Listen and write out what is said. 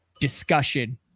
discussion